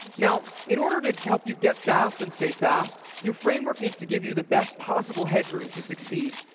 now in order to help you get fast and stay fast, your framework needs to give you the best possible headroom to succeed.